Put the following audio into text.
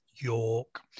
York